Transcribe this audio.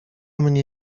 mnie